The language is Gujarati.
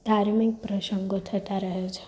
ધાર્મિક પ્રસંગો થતાં રહે છે